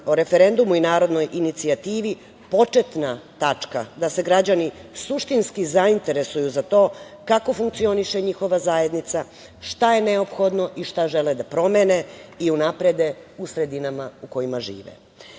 o referendumu i narodnoj inicijativi početna tačka da se građani suštinski zainteresuju za to kako funkcioniše njihova zajednica, šta je neophodno i šta žele da promene i unaprede u sredinama u kojima